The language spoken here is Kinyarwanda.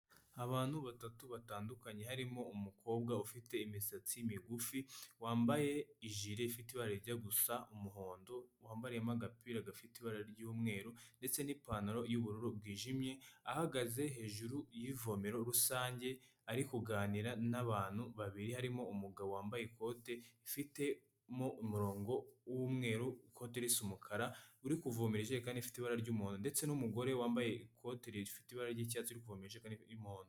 Abantu batatu batandukanye, harimo umukobwa ufite imisatsi migufi, wambaye ijire ifite ibara rijya gusa umuhondo, wambariyemo agapira gafite ibara ry'umweru ndetse n'ipantaro y'ubururu bwijimye, ahagaze hejuru y'ivomero rusange, ari kuganira n'abantu babiri, harimo umugabo wambaye ikote ufitemo umurongo w'umweru, ikote risa umukara uri kuvomera ijerekani ifite ibara ry'umuhondo, ndetse n'umugore wambaye ikote rifite ibara ry'icyatsi, uri kuvomera ijerekani y'umuhondo.